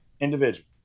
individual